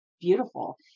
beautiful